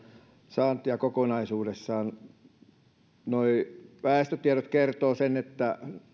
saantia kokonaisuudessaan väestötiedot kertovat että